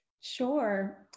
Sure